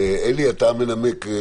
אלי, אתה מנמק.